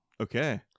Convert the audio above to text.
Okay